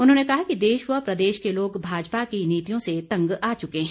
उन्होंने कहा कि देश व प्रदेश के लोग भाजपा की नीतियों से तंग आ चुके हैं